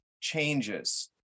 changes